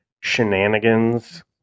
shenanigans